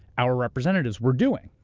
our representatives, were doing.